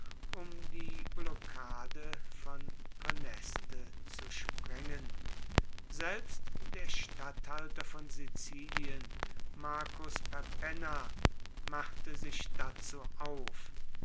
um die blockade von praeneste zu sprengen selbst der statthalter von sizilien marcus perpenna machte sich dazu auf